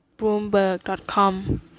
Bloomberg.com